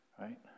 right